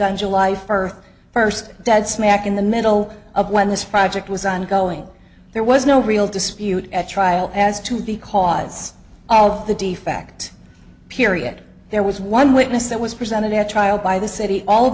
on july first first dead smack in the middle of when this project was ongoing there was no real dispute at trial as to because all of the defect period there was one witness that was presented at trial by the city all